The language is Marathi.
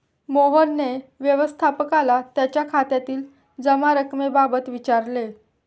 मोहनने व्यवस्थापकाला त्याच्या खात्यातील जमा रक्कमेबाबत विचारले